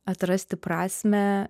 atrasti prasmę